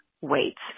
weights